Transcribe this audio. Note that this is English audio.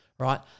Right